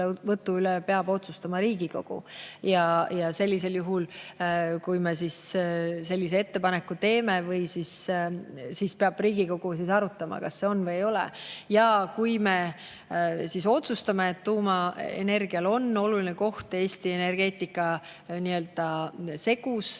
üle peab otsustama Riigikogu. Ja sellisel juhul, kui me sellise ettepaneku teeme, peab Riigikogu arutama, kas see on õige või ei ole. Ja kui me siis otsustame, et tuumaenergial on oluline koht Eesti energeetikas, siis saab sealt